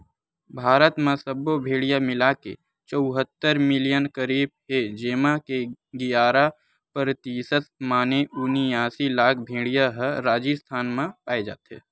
भारत म सब्बो भेड़िया मिलाके चउहत्तर मिलियन करीब हे जेमा के गियारा परतिसत माने उनियासी लाख भेड़िया ह राजिस्थान म पाए जाथे